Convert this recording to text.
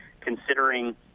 considering